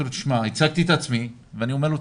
הצגתי את עצמי ואני אומר לו,